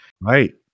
Right